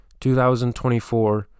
2024